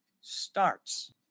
starts